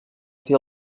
fer